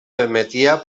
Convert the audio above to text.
permetia